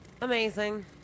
amazing